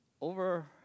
over